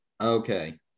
Okay